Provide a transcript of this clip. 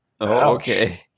okay